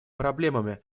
проблемами